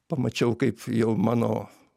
pamačiau kaip jau mano